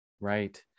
Right